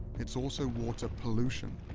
it's also water pollution.